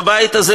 בבית הזה,